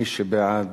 מי שבעד,